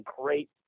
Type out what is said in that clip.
great